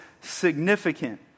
significant